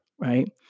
right